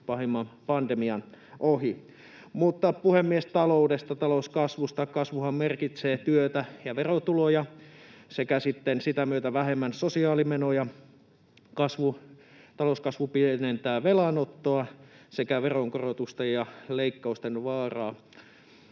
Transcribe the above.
pahimman pandemian ohi. Mutta, puhemies, taloudesta, talouskasvusta: Kasvuhan merkitsee työtä ja verotuloja sekä sitä myötä vähemmän sosiaalimenoja. Talouskasvu pienentää velanottoa sekä veronkorotusten ja leikkausten vaaraa.